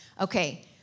Okay